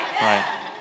right